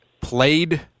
played